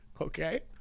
Okay